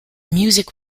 music